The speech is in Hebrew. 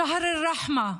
חודש הרחמים,